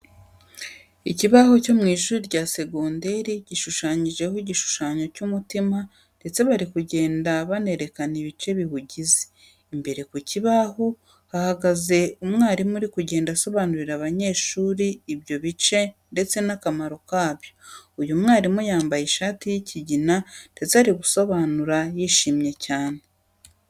Ikibaho cyo mu ishuri rya segonderi gishushanyijeho igishushanyo cy'umutima ndetse bari kugenda banerekana ibice biwugize. Imbere ku kibaho hahagaze umwari uri kugenda asobanurira abanyeshuri ibyo bice ndetse n'akamaro kabyo. Uyu mwarimu yambaye ishati y'ikigina ndetse ari gusobanura yishimye cyane.